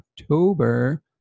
October